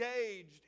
engaged